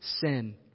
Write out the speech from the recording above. sin